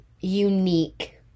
unique